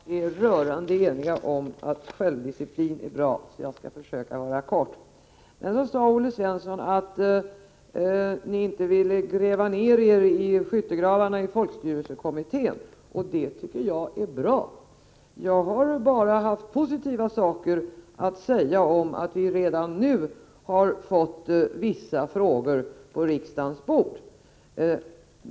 Fru talman! Olle Svensson och jag är rörande eniga om att självdisciplin är bra, och jag skall försöka fatta mig kort. Olle Svensson sade att man inte vill gräva ner sig i skyttegravarna i folkstyrelsekommittén, och det tycker jag är bra. Jag har bara haft positiva saker att säga om att vi redan nu har fått vissa frågor på riksdagens bord.